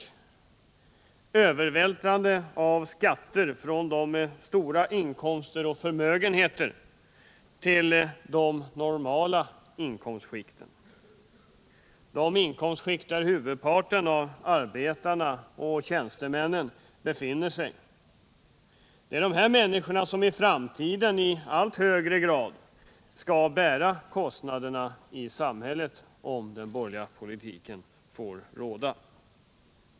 Det är fråga om övervältrande av skatter från stora inkomster och förmögenheter till de normala inkomstskikten, de inkomstskikt där huvudparten av arbetarna och tjänstemännen befinner sig. Det är dessa människor som i framtiden i allt högre grad skall bära kostnaderna i samhället om den borgerliga politiken får råda.